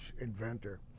inventor